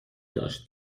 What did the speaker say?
داشت